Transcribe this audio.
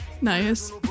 nice